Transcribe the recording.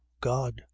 God